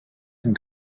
and